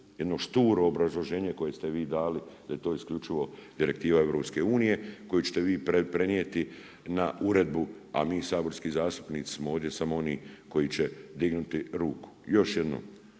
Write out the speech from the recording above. jedno šturo obrazloženje koje ste vi dali da je to isključivo direktiva EU koju ćete vi prenijeti na uredbu a mi saborski zastupnici smo ovdje samo oni koji će dignuti ruku. Još jednom,